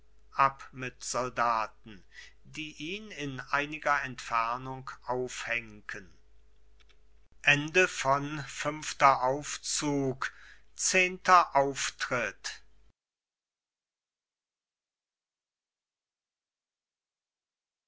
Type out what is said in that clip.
mit soldaten die ihn in einiger entfernung aufhenken eilfter auftritt